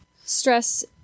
stress